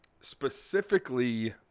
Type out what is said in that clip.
Specifically